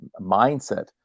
mindset